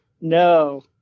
No